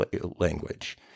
language